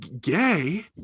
gay